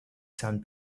sand